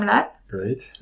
Great